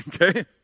okay